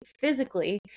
physically